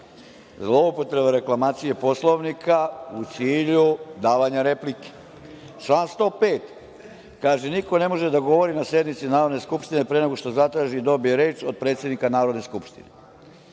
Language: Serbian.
zloupotreba reklamacije Poslovnika, u cilju davanja replike. Član 105. kaže: „Niko ne može da govori na sednici Narodne skupštine pre nego što zatraži i dobije reč od predsednika Narodne skupštine“.